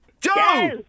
Joe